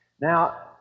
Now